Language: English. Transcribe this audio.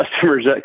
customers